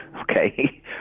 okay